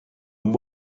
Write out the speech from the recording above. and